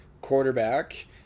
quarterback